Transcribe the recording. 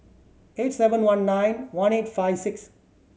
eight seven one nine one eight five six